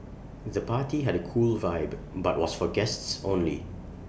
the party had A cool vibe but was for guests only